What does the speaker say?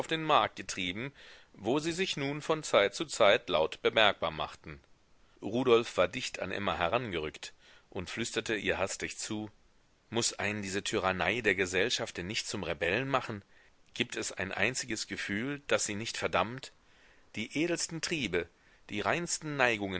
den markt getrieben wo sie sich nun von zeit zu zeit laut bemerkbar machten rudolf war dicht an emma herangerückt und flüsterte ihr hastig zu muß einen diese tyrannei der gesellschaft denn nicht zum rebellen machen gibt es ein einziges gefühl das sie nicht verdammt die edelsten triebe die reinsten